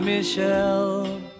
Michelle